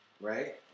Right